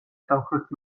სამხრეთ